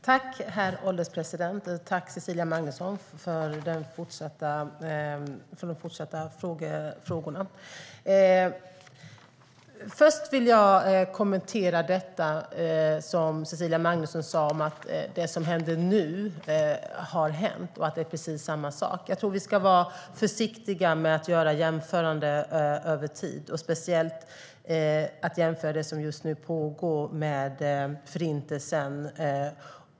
Herr ålderspresident! Tack, Cecilia Magnusson, för ytterligare frågor! Först vill jag kommentera det Cecilia Magnusson sa om att det som händer nu har hänt och att det är precis samma sak. Jag tycker att vi ska vara försiktiga med att jämföra över tid, speciellt att jämföra det som just nu pågår med Förintelsen.